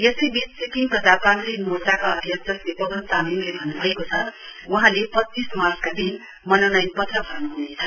यसैवीच सिक्किम प्रजातान्त्रिक मेर्चाका अध्यक्ष श्री पवन चामलिङले भन्नुभएको छ वहाँ पच्चीस मार्चका दिन मनोनयन पत्र भर्नुहनेछ